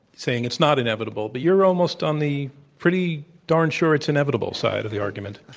saying it's not inevitable. but you're almost on the pretty darn sure it's inevitable side of the argument.